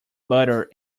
butter